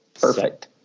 Perfect